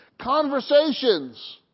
conversations